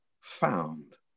found